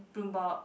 Bloomberg